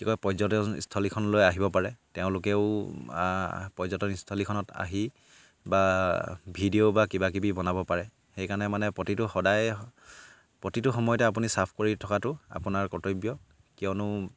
কি কয় পৰ্যটনস্থলীখনলৈ আহিব পাৰে তেওঁলোকেও পৰ্যটনস্থলীখনত আহি বা ভিডিঅ' বা কিবাকিবি বনাব পাৰে সেইকাৰণে মানে প্ৰতিটো সদায় প্ৰতিটো সময়তে আপুনি চাফ কৰি থকাটো আপোনাৰ কৰ্তব্য কিয়নো